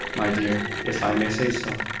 my dear, if i may say so.